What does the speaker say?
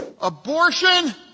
Abortion